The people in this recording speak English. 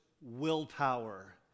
willpower